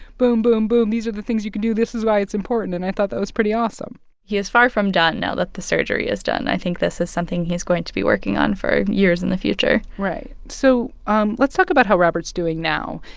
boom, boom, boom. these are the things you could do. this is why it's important. and i thought that was pretty awesome he is far from done now that the surgery is done. i think this is something he is going to be working on for years in the future right. so um let's talk about how robert's doing now.